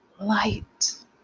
light